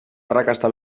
arrakasta